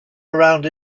around